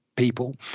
people